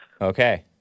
Okay